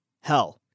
hell